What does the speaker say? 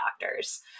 doctors